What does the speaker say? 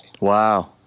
Wow